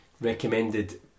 recommended